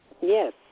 Yes